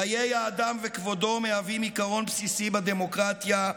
חיי האדם וכבודו מהווים עיקרון בסיסי בדמוקרטיה,